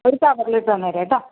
ഒരു കവറിലിട്ട് തന്നേര് കേട്ടോ